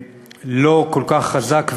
הוא לא כל כך חזק ויציב,